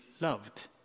loved